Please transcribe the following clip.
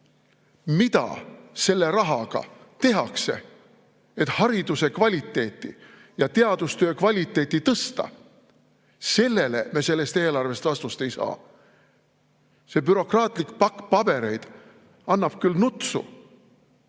mida selle rahaga tehakse, et hariduse ja teadustöö kvaliteeti tõsta, me sellest eelarvest vastust ei saa. See bürokraatlik pakk pabereid annab küll nutsu,